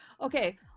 okay